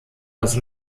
das